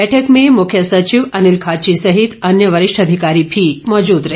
बैठक में मुख्य सचिव अनील खाची सहित अन्य वरिष्ठ अधिकारी भी मौजूद रहे